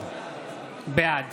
בעד